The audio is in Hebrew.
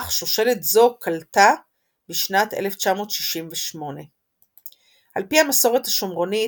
אך שושלת זו כלתה בשנת 1968. על פי המסורת השומרונית,